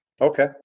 Okay